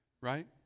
Right